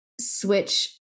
switch